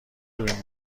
دوربین